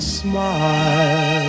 smile